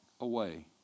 away